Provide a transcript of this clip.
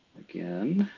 again,